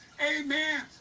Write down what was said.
Amen